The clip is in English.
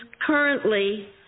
currently